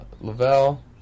Lavelle